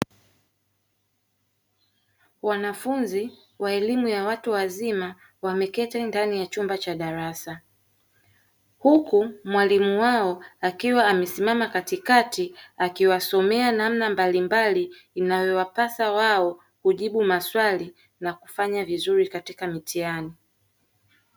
Wanafunzi wa elimu ya watu wazima wameketi ndani ya chumba cha darasa, huku mwalimu wao akiwa amesimama katikati, akiwasomea namna mbalimbali inayowapasa wao kujibu maswali na kufanya vizuri katika mitihani.